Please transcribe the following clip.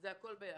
זה הכול יחד.